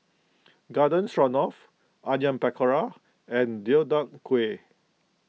Garden Stroganoff Onion Pakora and Deodeok Gui